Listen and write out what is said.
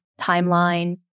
timeline